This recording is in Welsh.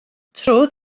trodd